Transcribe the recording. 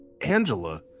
Angela